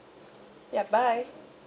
yup bye